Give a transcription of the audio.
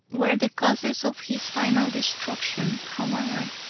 were the causes of his final destruction, however,